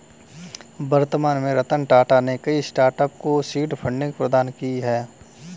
वर्तमान में रतन टाटा ने कई स्टार्टअप को सीड फंडिंग प्रदान की है